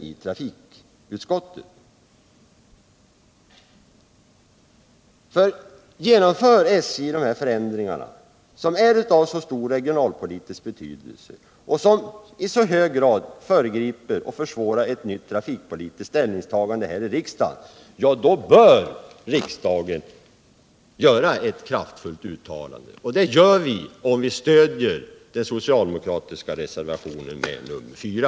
För att inte SJ skall genomföra dessa förändringar, som är av så stor regionalpolitisk betydelse och som i så hög grad föregriper och försvårar ett nytt trafikpolitiskt ställningstagande här i riksdagen, bör riksdagen göra ett kraftfullt uttalande. Det gör vi om vi stödjer den socialdemokratiska reservationen 4.